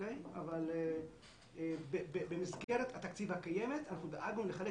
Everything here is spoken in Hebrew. אבל במסגרת התקציב הקיימת אנחנו דאגנו לחלק